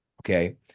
okay